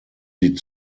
sie